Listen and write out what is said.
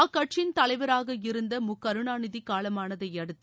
அக்கட்சியின் தலைவராக இருந்த மு கருணாநிதி காலமானதையடுத்து